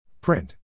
Print